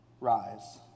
Rise